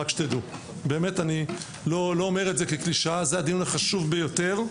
אני לא אומר את זה כקלישאה, זה הדיון החשוב ביותר.